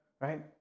Right